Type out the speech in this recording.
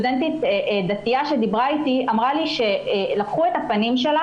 סטודנטית דתייה שדיברה איתי אמרה שלקחו את הפנים שלה